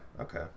okay